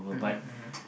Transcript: mmhmm mmhmm